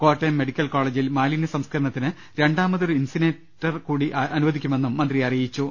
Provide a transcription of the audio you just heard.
Kottayam medical കോളജിൽ മാലിന്യ സംസ്കരണത്തിന് രണ്ടാമതൊരു ഇൻസിനറേറ്റർ കുടി അനുവദിക്കുമെന്നും മന്ത്രി അറിയിച്ചു